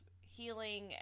healing